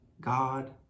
God